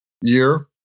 year